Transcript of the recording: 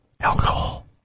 Alcohol